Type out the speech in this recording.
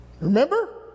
Remember